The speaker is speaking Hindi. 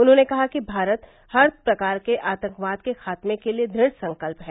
उन्होंने कहा कि भारत हर प्रकार के आतंकवाद के खात्मे के लिए दृढ़ संकल्प है